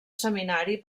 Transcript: seminari